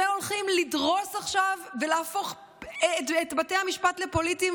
שהולכים לדרוס עכשיו ולהפוך את בתי המשפט לפוליטיים